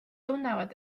tunnevad